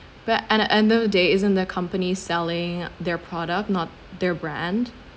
but at the end of the day isn't their companies selling their product not their brand